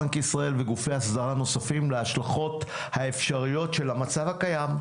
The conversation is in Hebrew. בנק ישראל וגופי אסדרה נוספים להשלכות האפשריות של המצב הקיים.